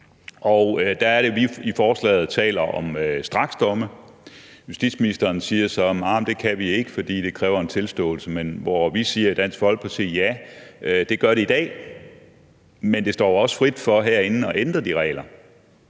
Og der er det, at vi i forslaget taler om straksdomme. Justitsministeren siger så: Jamen det kan vi ikke, fordi det kræver en tilståelse. Der siger vi i Dansk Folkeparti: Ja, det gør det i dag, men det står jo os herinde frit for at ændre de regler.